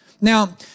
Now